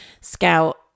Scout